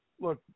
Look